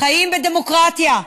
חיים בדמוקרטיה,